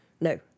No